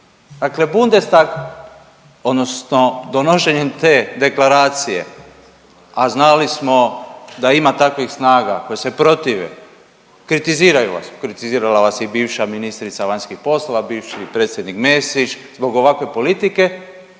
Dakle, Bundestag odnosno donošenjem te deklaracije, a znali smo da ima takvih snaga koje se protive, kritiziraju vas, kritizirala vas je i bivša ministrica vanjskih poslova, bivši predsjednik Mesić zbog ovakve politike,